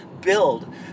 build